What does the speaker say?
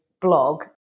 blog